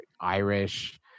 Irish